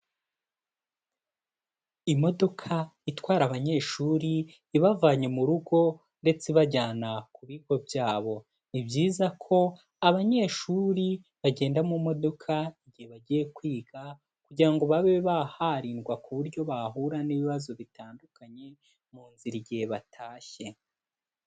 Imodoka itwara abanyeshuri ibavanye mu rugo ndetse ibajyana ku bigo byabo, ni byiza ko abanyeshuri bagenda mu modoka igihe bagiye kwiga kugira ngo babe baharigwa ku buryo bahura n'ibibazo bitandukanye mu nzira igihe batashye.